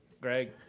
Greg